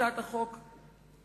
הצעת החוק,